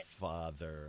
father